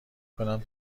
کنم